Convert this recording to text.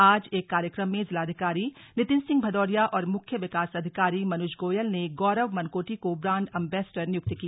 आज एक कार्यक्रम में जिलाधिकारी नितिन सिंह भदौरिया और मुख्य विकास अधिकारी मनुज गोयल ने गौरव मनकोटी को ब्रांड एम्बेसडर नियुक्त किया